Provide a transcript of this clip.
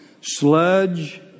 sludge